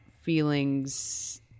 feelings